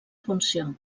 funció